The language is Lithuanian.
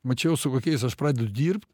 mačiau su kokiais aš pradedu dirbt